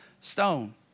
stone